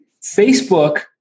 Facebook